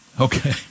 Okay